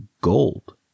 gold